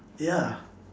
ya